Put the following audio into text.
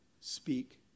speak